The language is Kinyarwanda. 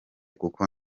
kuko